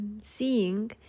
seeing